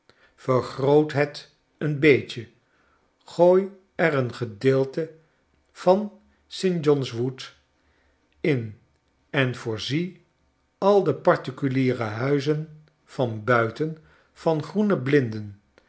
vergroot het een beetje gooi er een gedeelte van st john's wood in en voorzie al de particuliere huizen van buiten van groene blinden